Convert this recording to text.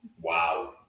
wow